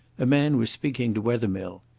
a man was speaking to wethermill.